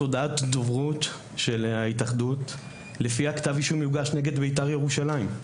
זאת הודעת דוברות של ההתאחדות לפיה כתב אישום יוגש נגד בית"ר ירושלים.